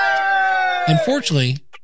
Unfortunately